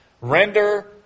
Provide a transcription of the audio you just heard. render